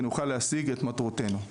ונוכל להשיג את מטרותינו.